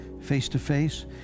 face-to-face